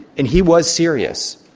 and he was serious.